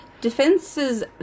Defenses